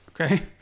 Okay